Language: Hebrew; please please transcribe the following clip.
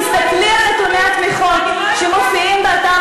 תסתכלי על נתוני התמיכות שמופיעים באתר